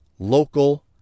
Local